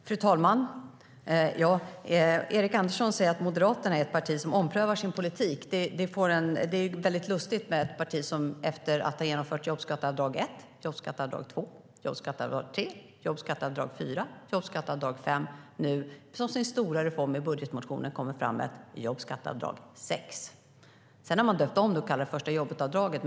Fru talman! Erik Andersson säger att Moderaterna är ett parti som omprövar sin politik. Det är väldigt lustigt med ett parti som efter att ha genomfört jobbskatteavdrag 1, jobbskatteavdrag 2, jobbskatteavdrag 3, jobbskatteavdrag 4, jobbskatteavdrag 5 som sin stora reform i sin budgetmotion för fram jobbskatteavdrag 6. Sedan har man döpt om det och kallar det för första-jobbet-avdraget.